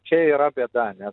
čia yra bėda nes